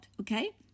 okay